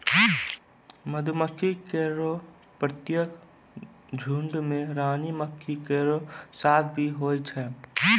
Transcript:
मधुमक्खी केरो प्रत्येक झुंड में रानी मक्खी केरो साथ भी होय छै